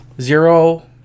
zero